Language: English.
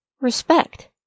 respect